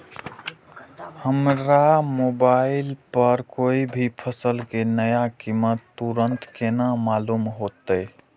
हमरा मोबाइल पर कोई भी फसल के नया कीमत तुरंत केना मालूम होते?